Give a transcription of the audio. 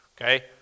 Okay